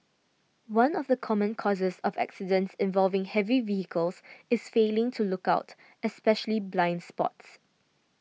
one of the common causes of accidents involving heavy vehicles is failing to look out especially blind spots